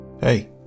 Hey